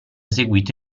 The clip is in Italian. seguito